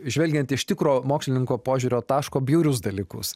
žvelgiant iš tikro mokslininko požiūrio taško bjaurius dalykus